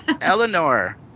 Eleanor